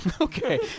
Okay